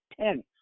Ten